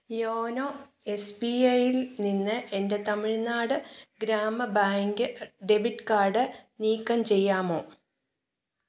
YONO S B ഐൽ നിന്ന് എൻ്റെ തമിഴ്നാട് ഗ്രാമ ബാങ്ക് ഡെബിറ്റ് കാഡ് നീക്കം ചെയ്യാമോ